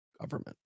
government